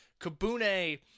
Kabune